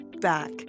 back